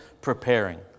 preparing